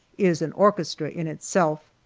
is an orchestra in itself.